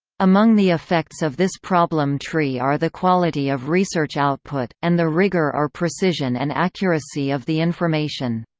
among the effects of this problem tree are the quality of research output, and the rigour or precision and accuracy of the information.